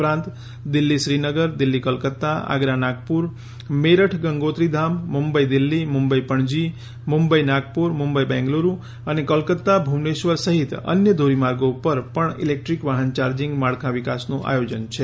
ઉપરાંત દિલ્હી શ્રીનગર દિલ્હી કોલાકાતા આગરા નાગપુર મેરઠ ગંગોત્રીધામ મુંબઈ દિલ્હી મુંબઈ પણજી મુંબઈ નાગપુર મુંબઈ બેંગ્લુરુ અને કોલકાતા ભુવનેશ્વર સહિત અન્ય ધોરીમાર્ગો ઉપર પણ ઇલેક્ટ્રીકલ વાહન યાર્જિંગ માળખા વિકાસનું આયોજન છે